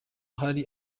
hari